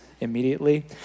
immediately